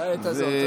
לעת הזאת.